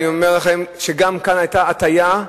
אני אומר לכם שגם כאן היתה הטעיה,